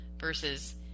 versus